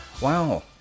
wow